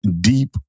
deep